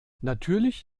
natürlich